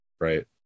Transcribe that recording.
right